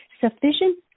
Sufficient